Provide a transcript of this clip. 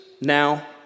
now